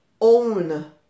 own